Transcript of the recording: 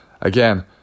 again